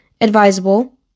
advisable